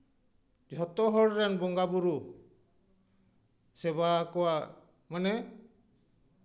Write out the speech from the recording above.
ᱡᱷᱚᱛᱚ ᱦᱚᱲ ᱨᱮᱱ ᱵᱚᱸᱜᱟ ᱵᱳᱨᱳ ᱥᱮᱵᱟ ᱠᱚᱣᱟᱭ ᱢᱟᱱᱮ